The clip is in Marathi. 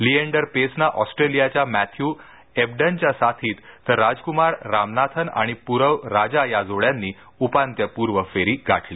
लिएंडर पेसनं ऑस्ट्रेलियाच्या मॅथ्य एबडनच्या साथीत तर राजक्मार रामनाथन आणि पुरव राजा जोड्यांनी उपांत्यपुर्व फेरी गाठली